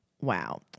Wow